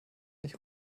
nicht